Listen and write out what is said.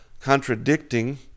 contradicting